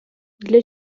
для